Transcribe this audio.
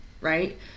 Right